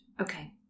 Okay